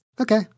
Okay